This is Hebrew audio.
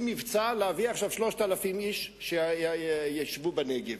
מבצע להביא עכשיו 3,000 איש שישבו בנגב.